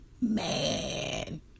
man